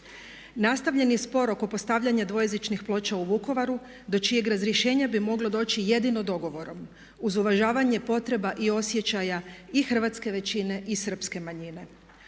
Nastavljen je spor oko postavljanja dvojezičnih ploča u Vukovaru do čijeg razrješenja bi moglo doći jedino dogovorom uz uvažavanje potreba i osjećaja i hrvatske većine i Srpske manjine.